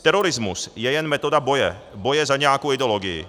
Terorismus je jen metoda boje, boje za nějakou ideologii.